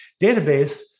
database